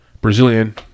Brazilian